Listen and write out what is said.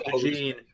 Gene